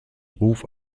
ruf